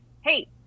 hey